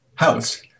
House